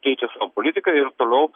keičia savo politiką ir toliau